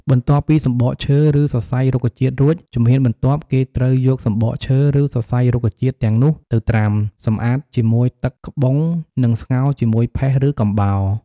បន្ទាប់ពីសំបកឈើ ឬសរសៃរុក្ខជាតិរួច ជំហានបន្ទាប់ គេត្រូវយកសំបកឈើ ឬសរសៃរុក្ខជាតិទាំងនោះទៅត្រាំ សម្អាតជាមួយទឹកក្បុងនិងស្ងោរជាមួយផេះ ឬកំបោរ។